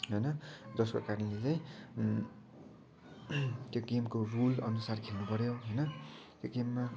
होइन जसको कारणले चाहिँ त्यो गेमको रुल अनुसार खेल्न पऱ्यो होइन त्यो गेममा